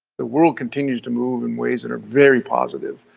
the world continues to move in ways that are very positive.